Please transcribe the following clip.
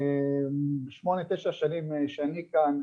שמונה תעשה שנים שאני כאן,